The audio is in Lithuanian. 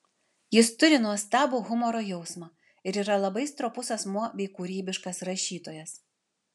jis turi nuostabų humoro jausmą ir yra labai stropus asmuo bei kūrybiškas rašytojas